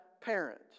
parent